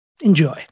Enjoy